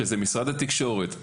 שזה משרד התקשורת,